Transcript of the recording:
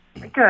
Good